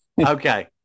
Okay